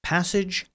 Passage